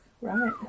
Right